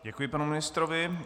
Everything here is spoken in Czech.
Děkuji panu ministrovi.